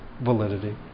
validity